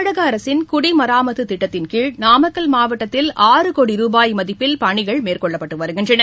தமிழக அரசின் குடிமராமத்து திட்டத்தின்கீழ் நாமக்கல் மாவட்டத்தில் ஆறு கோடி ரூபாய் மதிப்பில் பணிகள் மேற்கொள்ளப்பட்டு வருகின்றன